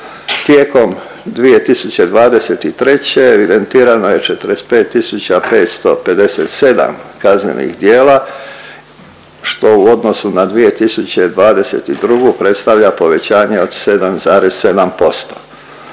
Tijekom 2023. evidentirano je 45.557 kaznenih dijela, što u odnosu na 2022. predstavlja povećanje od 7,7%.